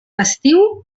estiu